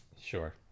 Sure